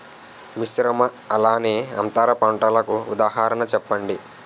మిశ్రమ అలానే అంతర పంటలకు ఉదాహరణ చెప్పండి?